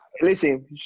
listen